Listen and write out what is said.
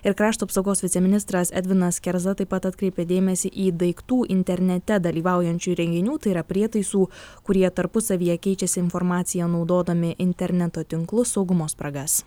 ir krašto apsaugos viceministras edvinas kerza taip pat atkreipė dėmesį į daiktų internete dalyvaujančių įrenginių tai yra prietaisų kurie tarpusavyje keičiasi informacija naudodami interneto tinklus saugumo spragas